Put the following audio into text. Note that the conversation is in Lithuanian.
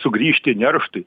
sugrįžti nerštui